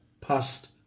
past